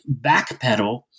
backpedal